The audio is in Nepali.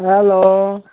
हेलो